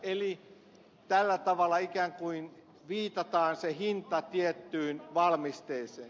eli tällä tavalla ikään kuin viitataan se hinta tiettyyn valmisteeseen